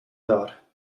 dar